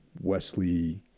Wesley